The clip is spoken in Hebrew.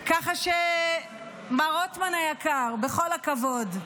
ככה שמר רוטמן היקר, בכל הכבוד,